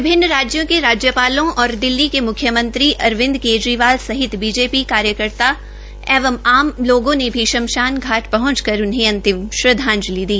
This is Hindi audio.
विभिन्न राज्यों के राज्यापालों और दिल्ली के मुख्यमंत्री अरविंद केजरीवाल सहित बीजेपी कार्यकर्ता एवं आम लोगों ने भी शमशान घाट पहंचकर उन्हें अंतिम श्रद्वाजंलि दी